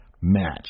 match